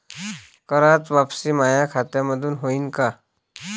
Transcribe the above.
कराच वापसी माया खात्यामंधून होईन का?